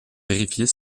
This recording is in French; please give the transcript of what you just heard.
vérifier